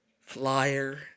Flyer